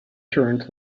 turned